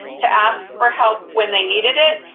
to ask for help when they needed it,